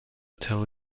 tell